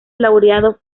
laureado